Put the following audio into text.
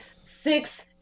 six